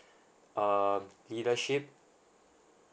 um leadership